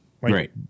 Right